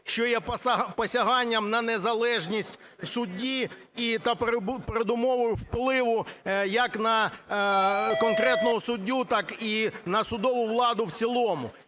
що є посяганням на незалежність судді і передумовою впливу як на конкретного суддю, так і на судову владу в цілому.